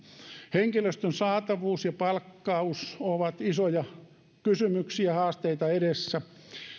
henkilöstön saatavuus ja palkkaus ovat isoja kysymyksiä haasteita on edessä